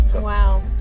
Wow